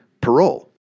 parole